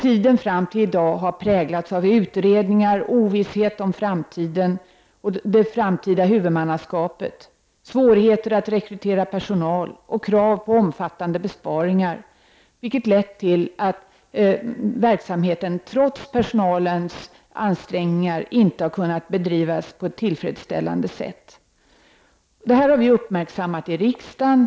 Tiden fram till i dag har präglats av utredningar, ovisshet om framtiden och det framtida huvudmannaskapet, svårigheter att rekrytera personal och krav på omfattande besparingar, vilket lett till att verksamheten, trots personalens ansträngningar, inte har kunnat bedrivas på ett tillfredsställande sätt. Detta har vi uppmärksammat i riksdagen.